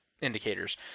indicators